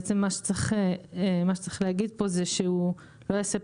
מה שצריך להגיד פה זה שהוא לא יעשה פרסומת,